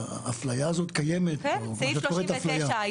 האפליה הזאת קיימת, מה שאת קוראת אפליה.